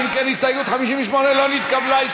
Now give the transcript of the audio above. הסתייגות 57 לא נתקבלה.